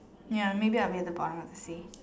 ya maybe I'll be at the bottom of the sea